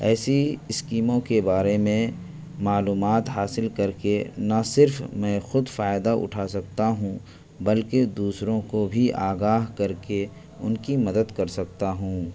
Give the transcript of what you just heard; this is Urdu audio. ایسی اسکیموں کے بارے میں معلومات حاصل کر کے نہ صرف میں خود فائدہ اٹھا سکتا ہوں بلکہ دوسروں کو بھی آگاہ کر کے ان کی مدد کر سکتا ہوں